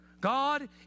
God